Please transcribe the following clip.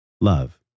love